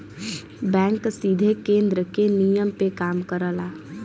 bank सीधे केन्द्र के नियम पे काम करला